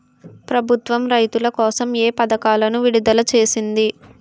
ప్రభుత్వం రైతుల కోసం ఏ పథకాలను విడుదల చేసింది?